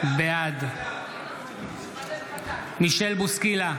בעד מישל בוסקילה,